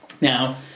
Now